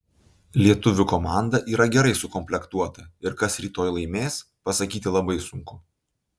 lietuvių komanda yra gerai sukomplektuota ir kas rytoj laimės pasakyti labai sunku